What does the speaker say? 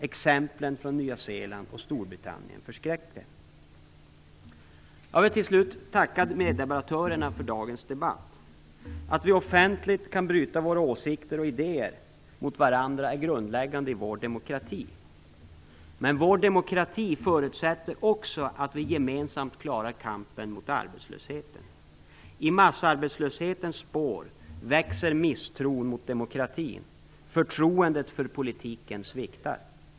Exemplen från Nya Zeeland och Storbritannien förskräcker. Jag vill till slut tacka meddebattörerna för dagens debatt. Att vi offentligt kan utbyta åsikter och idéer med varandra är grundläggande i vår demokrati. Men vår demokrati förutsätter också att vi gemensamt klarar kampen mot arbetslösheten. I massarbetslöshetens spår växer misstron mot demokratin. Förtroendet för politiken sviktar.